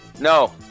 No